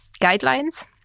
guidelines